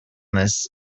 this